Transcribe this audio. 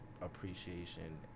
appreciation